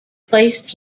placed